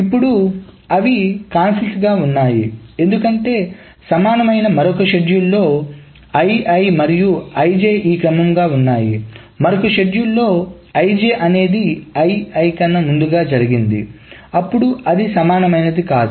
ఇప్పుడు అవి కాన్ఫ్లిక్ట్ గా ఉన్నాయి ఎందుకంటే సమానమైన మరొక షెడ్యూల్లో మరియు ఈ క్రమం గా ఉన్నాయి మరొక షెడ్యూల్లో అనేది కన్నా ముందుగా జరిగింది అప్పుడు అది సమానమైనది కాదు